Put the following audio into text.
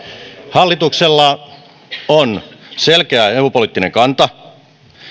hallituksella on selkeä eu poliittinen kanta